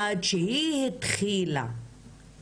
עד שהיא התחילה